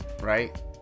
right